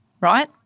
right